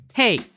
Hey